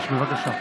מבצע הנגב,